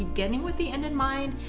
beginning with the end in mind,